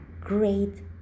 great